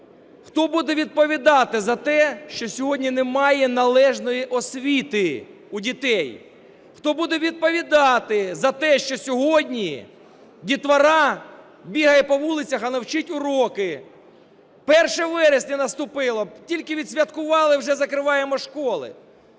хто буде відповідати за те, що сьогодні немає належної освіти у дітей? Хто буде відповідати за те, що сьогодні дітвора бігає по вулицях, а не вчить уроки? Перше вересня наступило – тільки відсвяткували, вже закриваємо школи.